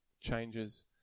changes